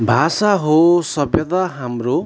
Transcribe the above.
भाषा हो सभ्यता हाम्रो